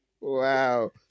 Wow